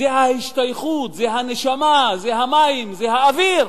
זה ההשתייכות, זה הנשמה, זה המים, זה האוויר,